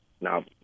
Now